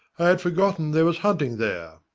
i had forgotten there was hunting there.